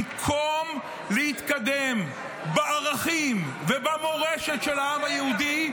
במקום להתקדם בערכים ובמורשת של העם היהודי,